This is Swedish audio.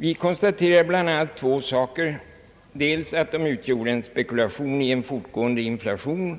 Vi konstaterade bl.a. två saker, dels att de utgjorde en spekulation i en fortgående inflation,